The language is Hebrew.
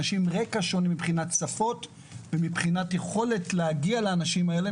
אנשים עם רקע שונה מבחינת שפות ומבחינת יכולת להגיע לאנשים האלה,